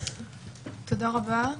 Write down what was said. תודה רבה,